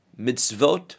Mitzvot